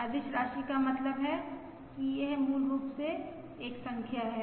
अदिश राशि का मतलब है कि यह मूल रूप से एक संख्या है